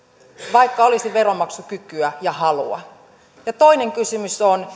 vaikka olisi veronmaksukykyä ja halua toinen kysymys on